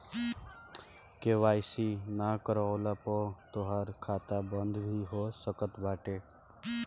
KYC नाइ करववला पअ तोहार खाता बंद भी हो सकत बाटे